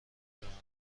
بمانید